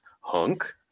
Hunk